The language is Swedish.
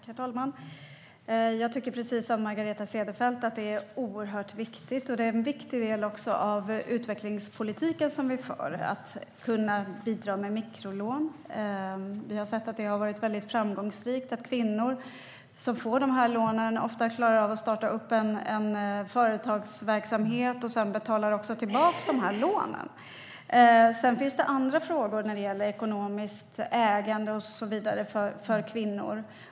Herr talman! Jag tycker precis som Margareta Cederfelt att det är oerhört viktigt. Det är också en viktig del av utvecklingspolitiken som vi för att kunna bidra med mikrolån. Vi har sett att det har varit väldigt framgångsrikt. Kvinnor som får de lånen klarar ofta att starta en företagsverksamhet, och de betalar också tillbaka lånen. Sedan finns det andra frågor när det gäller ekonomiskt ägande och så vidare för kvinnor.